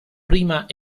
prima